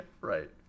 right